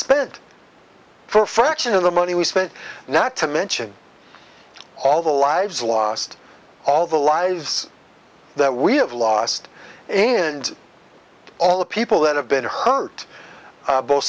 of the money we spent not to mention all the lives lost all the lives that we have lost and all the people that have been hurt both